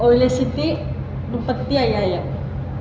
ഒരുലക്ഷത്തി മുപ്പത്തി അയ്യായിരം